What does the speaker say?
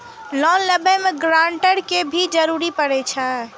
Loan लेबे में grantor के भी जरूरी परे छै?